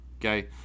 Okay